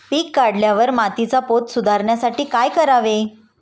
पीक काढल्यावर मातीचा पोत सुधारण्यासाठी काय करावे?